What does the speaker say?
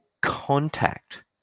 contact